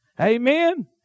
Amen